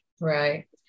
Right